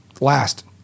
last